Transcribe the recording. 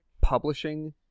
publishing